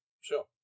Sure